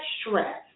stress